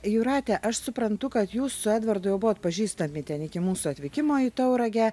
jūrate aš suprantu kad jūs su edvardu jau buvot pažįstami ten iki mūsų atvykimo į tauragę